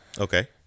Okay